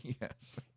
Yes